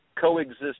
coexist